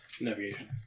Navigation